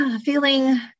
feeling